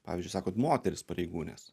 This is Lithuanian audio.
pavyzdžiui sakot moterys pareigūnės